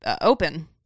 open